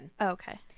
okay